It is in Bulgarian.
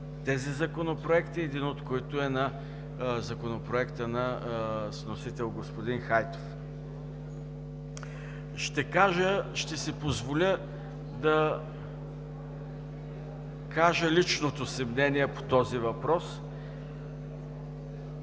тези законопроекти, един от които е Законопроектът с вносител господин Хайтов. Ще си позволя да кажа личното си мнение по този въпрос.